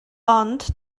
ond